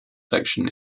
section